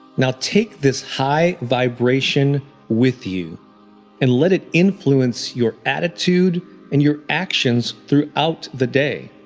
now take this high vibration with you and let it influence your attitude and your actions throughout the day.